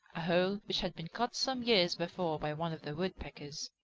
a hole which had been cut some years before by one of the woodpeckers.